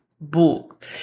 book